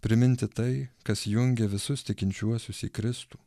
priminti tai kas jungia visus tikinčiuosius į kristų